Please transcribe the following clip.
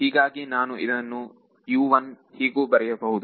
ಹೀಗಾಗಿ ನಾನು ಇದನ್ನು ಹೀಗೂ ಬರೆಯಬಹುದು